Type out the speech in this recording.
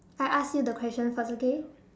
I ask you the question first okay